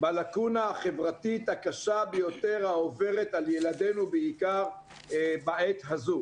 בלקונה החברתית הקשה ביותר העוברת בעיקר על ילדינו בעת הזאת.